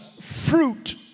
fruit